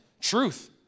Truth